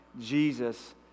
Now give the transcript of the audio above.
Jesus